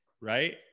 right